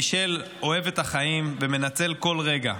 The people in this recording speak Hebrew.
מישל אוהב את החיים ומנצל כל רגע,